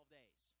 days